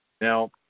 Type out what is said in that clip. Now